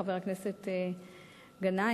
חבר הכנסת גנאים.